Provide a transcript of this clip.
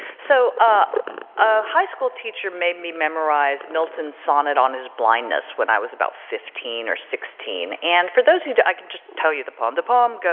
so a ah high school teacher made me memorize milton's sonnet on his blindness when i was about fifteen or sixteen and for those who do, i can just tell you the poem, the poem,